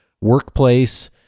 workplace